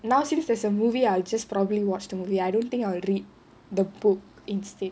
now since there's a movie I'll just probably watch the movie I don't think I will read the book instead